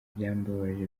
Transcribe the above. byambabaje